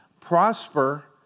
prosper